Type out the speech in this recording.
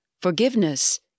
Forgiveness